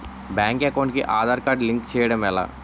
Bank account కి Aadhaar card link చేయడం ఎలా?